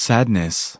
Sadness